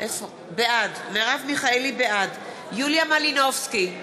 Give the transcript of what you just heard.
בעד יוליה מלינובסקי,